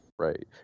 Right